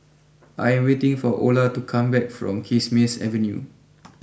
I am waiting for Ola to come back from Kismis Avenue